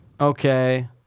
Okay